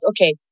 okay